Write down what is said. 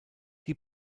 die